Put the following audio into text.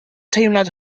teimlad